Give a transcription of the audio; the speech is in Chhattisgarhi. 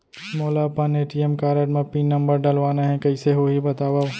मोला अपन ए.टी.एम कारड म पिन नंबर डलवाना हे कइसे होही बतावव?